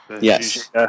Yes